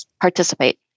participate